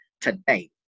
today